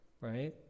right